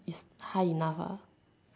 is high enough ah